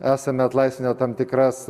esame atlaisvinę tam tikras